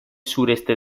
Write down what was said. sureste